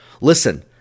Listen